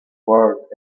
ward